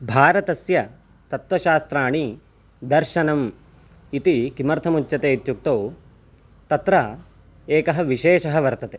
भारतस्य तत्वशास्त्राणि दर्शनम् इति किमर्थमुच्यते इत्युक्तौ तत्र एकः विशेषः वर्तते